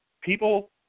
people